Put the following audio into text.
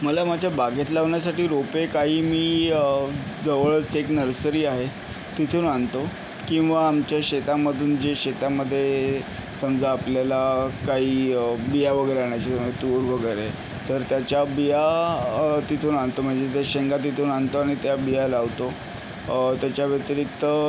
मला माझ्या बागेत लावण्यासाठी रोपे काही मी जवळच एक नर्सरी आहे तिथून आणतो किंवा आमच्या शेतामधून जे शेतामध्ये समजा आपल्याला काही बिया वगैरे आणायचे तूर वगैरे तर त्याच्या बिया तिथून आणतो म्हणजे त्या शेंगा तिथून आणतो आणि त्या बिया लावतो त्याच्याव्यतिरिक्त